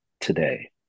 today